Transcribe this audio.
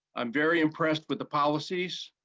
i'm very impressed with the policies,